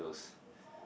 those